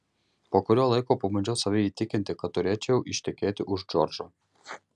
po kurio laiko pabandžiau save įtikinti kad turėčiau ištekėti už džordžo